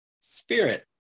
Spirit